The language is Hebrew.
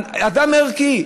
אדם ערכי,